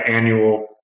annual